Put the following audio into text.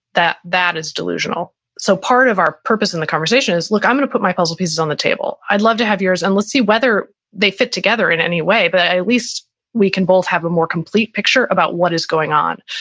that that is delusional. so part of our purpose in the conversation is, look, i'm going to put my puzzle pieces on the table. i'd love to have yours and let's see whether they fit together in any way. but at least we can both have a more complete picture about what is going on.